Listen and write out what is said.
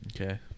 okay